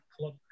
club